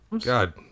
God